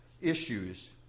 issues